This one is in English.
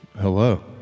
Hello